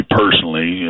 personally